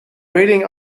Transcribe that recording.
waiting